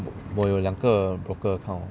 我有两个 broker account